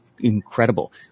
incredible